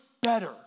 better